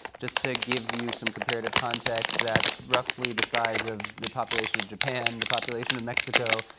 just to give you some comparative context, that's roughly the size of the population of japan, the population of mexico,